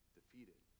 defeated